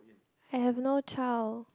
I have no child